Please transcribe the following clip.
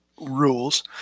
rules